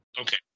Okay